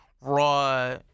raw